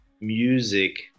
music